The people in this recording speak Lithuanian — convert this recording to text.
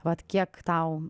vat kiek tau